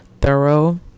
thorough